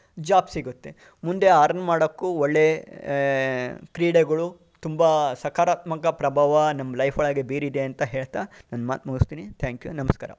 job ಸಿಗುತ್ತೆ ಮುಂದೆ earn ಮಾಡೋಕ್ಕೂ ಒಳ್ಳೆಯ ಕ್ರೀಡೆಗಳು ತುಂಬ ಸಕಾರಾತ್ಮಕ ಪ್ರಭಾವ ನಮ್ಮ ಲೈಫ್ ಒಳಗೆ ಬೀರಿದೆ ಅಂತ ಹೇಳ್ತಾ ನನ್ನ ಮಾತು ಮುಗಿಸ್ತೀನಿ ಥ್ಯಾಂಕ್ ಯು ನಮಸ್ಕಾರ